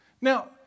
Now